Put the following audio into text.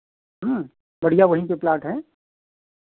हाँ बढ़ियाँ वहीं पे प्लाट है